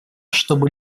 чтобы